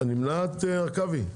את נמנעת, הרכבי?